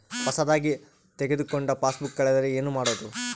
ಹೊಸದಾಗಿ ತೆಗೆದುಕೊಂಡ ಪಾಸ್ಬುಕ್ ಕಳೆದರೆ ಏನು ಮಾಡೋದು?